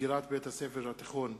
סגירת בית-הספר התיכון "פסגה"